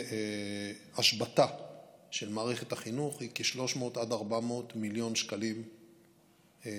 יום השבתה של מערכת החינוך היא כ-300 עד 400 מיליון שקלים ליום.